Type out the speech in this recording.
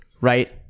Right